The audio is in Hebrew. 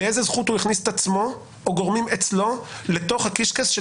באיזו זכות הוא הכניס את עצמו או גורמים אצלו לתוך הקישקעס של